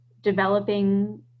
developing